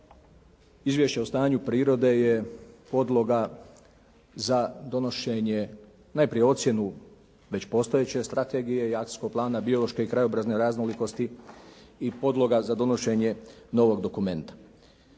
Izvješće o stanju prirode je podloga za donošenje, najprije ocjenu već postojeće strategije i akcijskog plana biološke i krajobrazne raznolikosti i podloga za donošenje novog dokumenta.